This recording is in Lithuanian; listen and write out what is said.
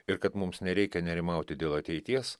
ir kad mums nereikia nerimauti dėl ateities